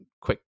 quick